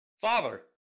Father